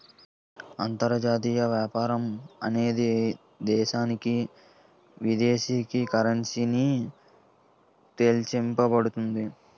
అంతర్జాతీయ వ్యాపారం అనేది దేశానికి విదేశీ కరెన్సీ ని తెచ్చిపెడుతుంది